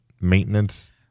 maintenance